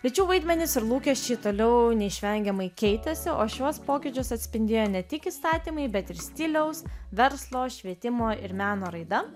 lyčių vaidmenys ir lūkesčiai toliau neišvengiamai keitėsi o šiuos pokyčius atspindėjo ne tik įstatymai bet ir stiliaus verslo švietimo ir meno raida